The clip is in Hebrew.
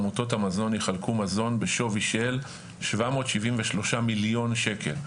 עמותות המזון יחלקו מזון בשווי של 773 מיליון שקל,